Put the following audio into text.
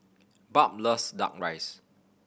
Barb loves Duck Rice